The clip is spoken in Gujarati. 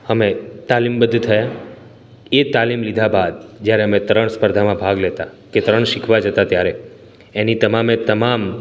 અમે તાલીમબદ્ધ થાય એ તાલીમ લીધા બાદ જ્યારે અમે તરણ સ્પર્ધામાં ભાગ લેતા કે તરણ શીખવા જતા ત્યારે એની તમામે તમામ